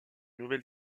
nouvelle